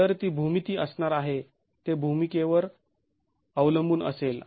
तर ती भूमिती असणार आहे ते भूमिकेवर अवलंबून असेल